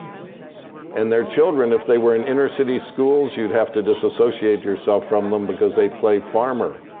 and their children, if they were in inner city schools, you'd have to disassociate yourself from them because they play farmer.